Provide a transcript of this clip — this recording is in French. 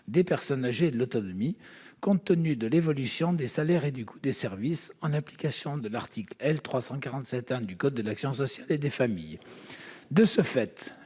des personnes âgées et de l'autonomie, compte tenu de l'évolution des salaires et du coût des services, en application de l'article L. 347-1 du code de l'action sociale et des familles.